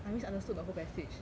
I misunderstood the whole passage